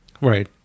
right